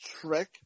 trick